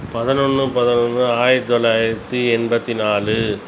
பதினொன்னு பதினொன்னு ஆயிரள்த்து தொளாயிரத்தி எண்பத்தி நாலு